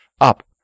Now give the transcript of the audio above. Up